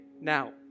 now